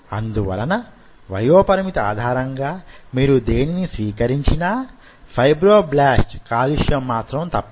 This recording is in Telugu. అందువలన వయోపరిమితి ఆధారంగా మీరు దేనిని స్వీకరించినా ఫైబ్రోబ్లాస్ట్ కాలుష్యం మాత్రం తప్పదు